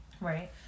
right